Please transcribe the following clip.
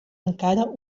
encara